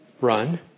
Run